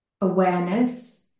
awareness